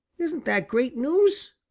isn't that great news?